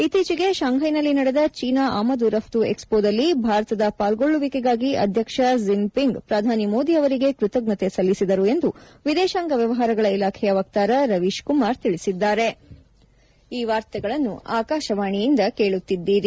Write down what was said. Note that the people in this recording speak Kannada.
ಇತ್ತೀಚೆಗೆ ಶಾಂಘೈನಲ್ಲಿ ನಡೆದ ಚೀನಾ ಆಮದು ರಫ್ತು ಎಕ್ಸ್ಪೋದಲ್ಲಿ ಭಾರತದ ಪಾಲ್ಗೊಳ್ಳುವಿಕೆಗಾಗಿ ಅಧ್ಯಕ್ಷ ಜಿನ್ ಪಿಂಗ್ ಪ್ರಧಾನಿ ಮೋದಿ ಅವರಿಗೆ ಕೃತಜ್ಞತೆ ಸಲ್ಲಿಸಿದರು ಎಂದು ವಿದೇಶಾಂಗ ವ್ಯವಹಾರಗಳ ಇಲಾಖೆಯ ವಕ್ತಾರ ರವೀಶ್ ಕುಮಾರ್ ತಿಳಿಸಿದ್ದಾರ